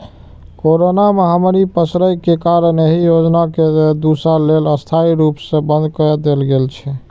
corona महामारी पसरै के कारण एहि योजना कें दू साल लेल अस्थायी रूप सं बंद कए देल गेल छै